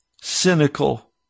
cynical